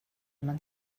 man